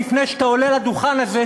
לפני שאתה עולה לדוכן הזה,